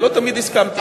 ולא תמיד הסכמתי אתו.